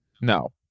No